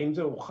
האם זה הוכן?